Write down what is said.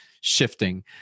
shifting